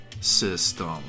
system